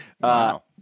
Wow